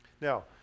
Now